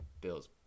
Bills